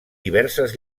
diverses